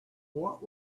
what